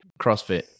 CrossFit